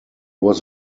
was